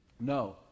No